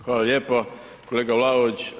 Hvala lijepo kolega Vlaović.